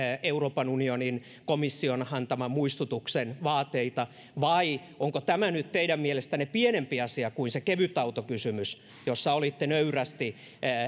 euroopan unionin komission antaman muistutuksen vaateita vai onko tämä nyt teidän mielestänne pienempi asia kuin se kevytautokysymys jossa olitte nöyrästi